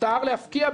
מותר להפקיע,